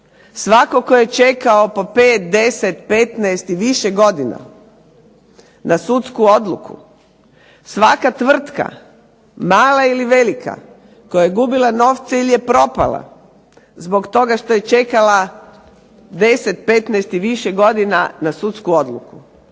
Svatko tko je čekao po 5, 10, 15 i više godina na sudsku odluku, svaka tvrtka, mala ili velika, koja je gubila novce ili propala zbog toga što je čekala 10, 15 i više godina na sudsku odluku